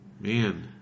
Man